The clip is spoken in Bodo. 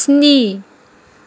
स्नि